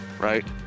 Right